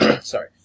sorry